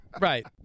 Right